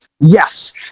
Yes